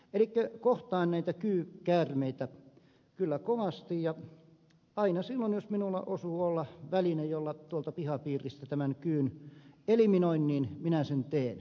elikkä kohtaan näitä kyykäärmeitä kyllä kovasti ja aina silloin jos minulle osuu väline jolla tuolta pihapiiristä tämän kyyn eliminoin niin minä sen teen